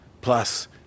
plus